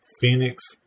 Phoenix